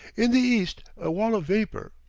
in the east a wall of vapor,